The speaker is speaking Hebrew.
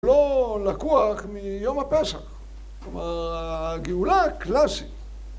לא לקוח מיום הפשע, כלומר הגאולה קלאסית